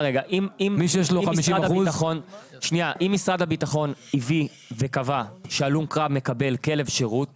אם משרד הביטחון קבע שהלום קרב מקבל כלב שירות